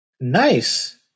Nice